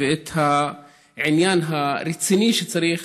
ואת העניין הרציני שצריך